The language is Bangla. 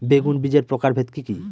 বেগুন বীজের প্রকারভেদ কি কী?